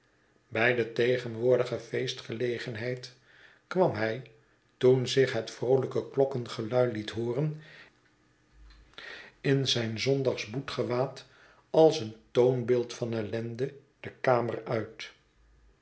bij de tegenwoordige feestgelegenheid kwam hij toen zich het vroolijk klokkengelui het hooren in zijn zondagsgewaad als een toonbeeld van ellende de kamer uit